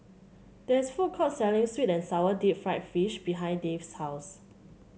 there is a food court selling sweet and sour Deep Fried Fish behind Dave's house